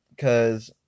cause